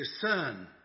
discern